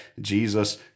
Jesus